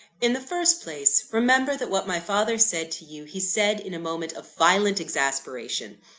in the first place, remember that what my father said to you, he said in a moment of violent exasperation.